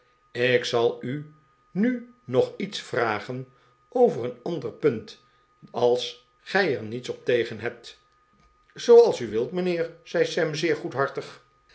ik zal u nu nog iets vragen over een ander punt als gij er niets op tegen hebt zooals u wilt mijnheer zei sam zeer